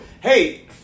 Hey